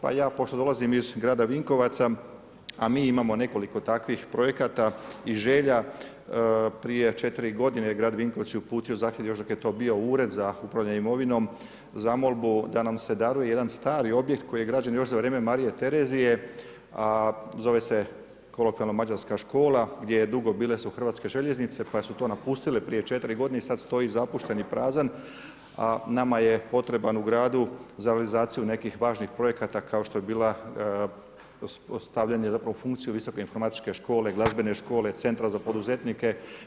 Pa ja pošto dolazim iz grada Vinkovaca, a mi imamo nekoliko takvih projekata i želja, prije 4. g. grad Vinkovci je uputio zahtjev, još dok je to bio Ured za upravljanje imovinom, zamolbu da nam se daruje jedan stari objekt koji građani još za vrijeme Marije Terezije, a zove se kolokvijalno mađarska škola, gdje je dugo bile su hrvatske željeznice, pa su to napustile prije 4 g. pa sad stoji zapušten i prazan, a nama je potreban u gradu za realizaciju nekih važnih projekata, kao što je bila ostavljanje u funkciju visoke informatičke škole, glazbene škole, centra za poduzetnike.